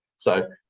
so,